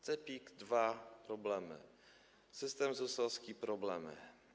CEPiK 2 - problemy, system ZUS-owski - problemy.